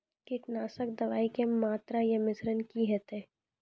कीटनासक दवाई के मात्रा या मिश्रण की हेते?